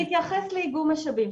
אני אתייחס לאיגום משאבים,